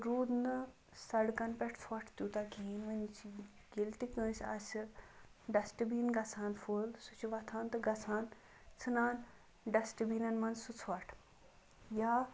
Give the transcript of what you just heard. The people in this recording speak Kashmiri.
روٗد نہٕ سَڑکَن پیٚٹھ ژھوٚٹھ تیوتاہ کِہیٖنۍ ون چھِ ییٚلہِ تہِ کٲنٛسہِ آسہِ ڈَسٹبیٖن گَژھان فُل سُہ چھُ ووٚتھان تہٕ گَژھان ژھٕنان ڈَسٹبیٖنَن مَنٛز سُہ ژھوٚٹھ یا